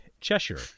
Cheshire